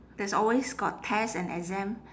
there's always got test and exam